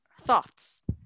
thoughts